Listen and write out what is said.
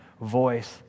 voice